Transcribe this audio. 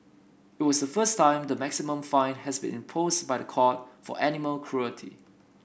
it was a first time the maximum fine has been imposed by the court for animal cruelty